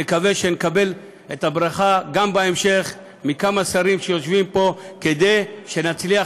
ונקווה שנקבל את הברכה גם בהמשך מכמה שרים שיושבים פה כדי שנצליח